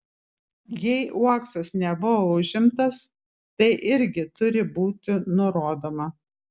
jei uoksas nebuvo užimtas tai irgi turi būti nurodoma